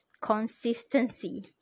consistency